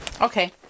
Okay